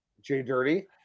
J-Dirty